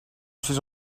suis